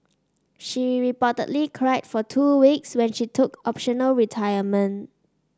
she reportedly cried for two weeks when she took optional retirement